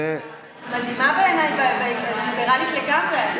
זה, יש לכם אג'נדה שהיא מדהימה בעיניי.